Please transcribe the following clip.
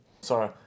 Sorry